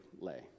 lay